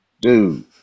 Dude